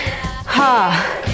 Ha